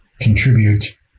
contribute